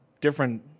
different